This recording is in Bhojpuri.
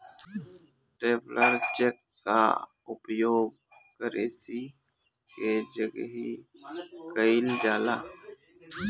ट्रैवलर चेक कअ उपयोग करेंसी के जगही कईल जाला